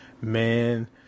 Man